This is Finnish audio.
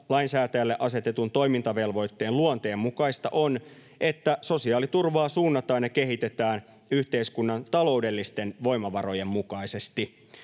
lainsäätäjälle asetetun toimintavelvoitteen luonteen mukaista on, että sosiaaliturvaa suunnataan ja kehitetään yhteiskunnan taloudellisten voimavarojen mukaisesti.